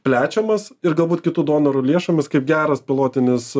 plečiamas ir galbūt kitų donorų lėšomis kaip geras pilotinis